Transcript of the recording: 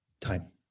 Time